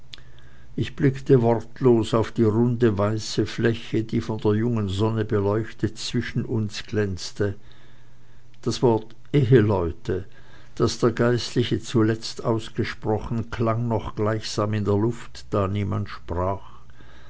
ich blickte wortlos auf die runde weiße fläche die von der jungen sonne beleuchtet zwischen uns glänzte das wort eheleute das der geistliche zuletzt ausgesprochen klang gleichsam noch in der luft da niemand sprach